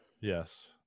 Yes